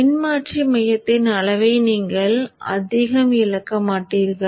மின்மாற்றி மையத்தின் அளவை நீங்கள் அதிகம் இழக்க மாட்டீர்கள்